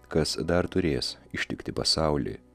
kas dar turės ištikti pasaulį